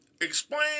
Explain